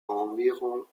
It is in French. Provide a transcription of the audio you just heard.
environ